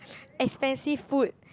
expensive food